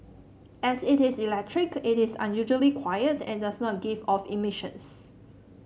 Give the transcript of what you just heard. as it is electric it is unusually quiet and does not give off emissions